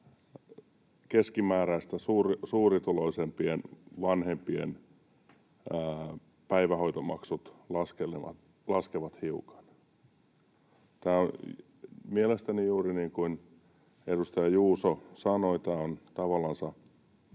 keskimääräistä suurituloisimpien vanhempien päivähoitomaksut laskevat hiukan. Tämä on mielestäni juuri niin kuin edustaja Juuso sanoi. Tämä ei ole edes